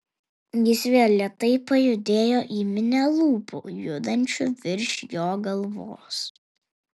jis vėl lėtai pajudėjo į minią lūpų judančių virš jo galvos